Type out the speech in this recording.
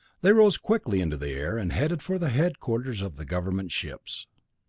they rose quickly into the air, and headed for the headquarters of the government ships.